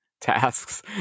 tasks